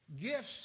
Gifts